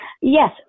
Yes